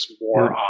more